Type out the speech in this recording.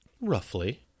Roughly